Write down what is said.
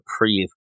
reprieve